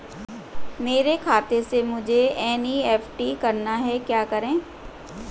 मेरे खाते से मुझे एन.ई.एफ.टी करना है क्या करें?